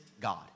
God